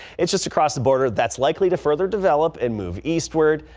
it's just across the border. that's likely to further develop and move eastward.